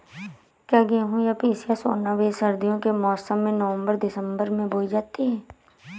क्या गेहूँ या पिसिया सोना बीज सर्दियों के मौसम में नवम्बर दिसम्बर में बोई जाती है?